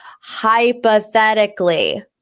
Hypothetically